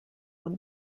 what